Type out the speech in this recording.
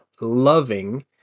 loving